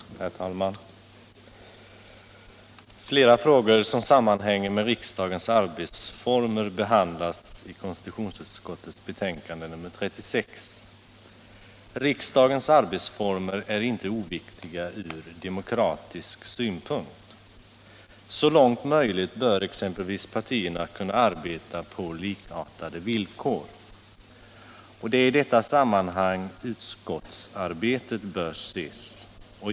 Herr talman! Flera frågor som sammanhänger med riksdagens arbetsformer behandlas i konstitutionsutskottets betänkande nr 36. Riksdagens arbetsformer är inte oviktiga ur demokratisk synpunkt. Så långt möjligt bör exempelvis partierna kunna arbeta på likartade villkor. Det är i detta sammanhang utskottsarbetet bör ses.